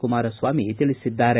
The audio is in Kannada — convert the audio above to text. ಕುಮಾರಸ್ವಾಮಿ ತಿಳಿಸಿದ್ದಾರೆ